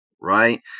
right